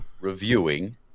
reviewing